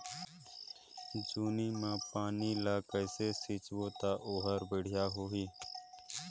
जोणी मा पानी ला कइसे सिंचबो ता ओहार बेडिया होही?